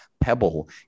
Pebble